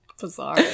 Bizarre